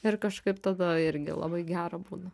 ir kažkaip tada irgi labai gera būna